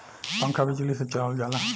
पंखा बिजली से चलावल जाला